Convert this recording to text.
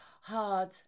hard